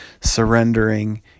surrendering